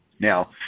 Now